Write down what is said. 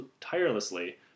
tirelessly